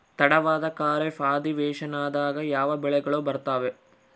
ತಡವಾದ ಖಾರೇಫ್ ಅಧಿವೇಶನದಾಗ ಯಾವ ಬೆಳೆಗಳು ಬರ್ತಾವೆ?